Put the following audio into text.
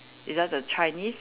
is that the Chinese